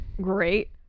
great